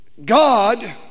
God